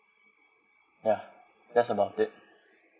ya that's about it